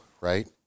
right